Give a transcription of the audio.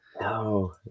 No